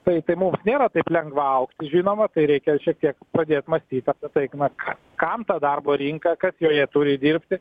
tai tai mums nėra taip lengva augti žinoma tai reikia šiek tiek pradėt mąstyti apie tai na ką kam ta darbo rinka kas joje turi dirbti